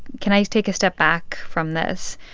can i take a step back from this?